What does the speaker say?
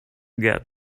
get